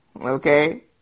Okay